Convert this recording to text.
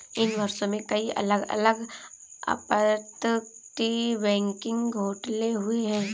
इन वर्षों में, कई अलग अलग अपतटीय बैंकिंग घोटाले हुए हैं